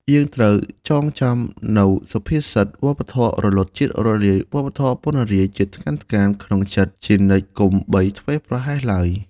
យើងត្រូវចងចាំនូវសុភាសិត «វប្បធម៌រលត់ ជាតិរលាយ វប្បធម៌ពណ្ណរាយ ជាតិថ្កើងថ្កាន» ក្នុងចិត្តជានិច្ចកុំបីធ្វេសប្រហែសឡើយ។